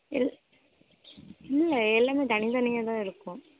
இல் இல்லை எல்லாமே தனி தனியாகதான் இருக்கும்